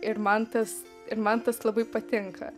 ir man tas ir man tas labai patinka